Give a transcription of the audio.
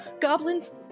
Goblins